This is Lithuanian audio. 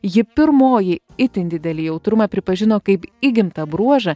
ji pirmoji itin didelį jautrumą pripažino kaip įgimtą bruožą